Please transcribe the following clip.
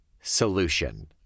solution